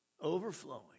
overflowing